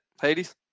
Hades